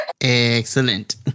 Excellent